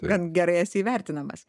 gan gerai esi įvertinamas